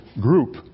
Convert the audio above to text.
group